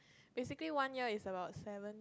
basically one year is about seven